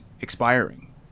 expiring